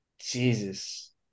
Jesus